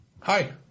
Hi